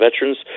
veterans